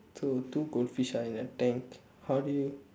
so two goldfish are in a tank how do you